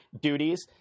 duties